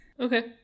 Okay